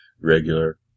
regular